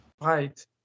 right